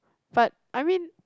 but I mean